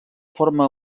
forma